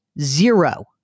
Zero